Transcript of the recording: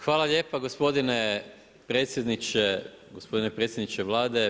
Hvala lijepa gospodine predsjedniče, gospodine predsjedniče Vlade.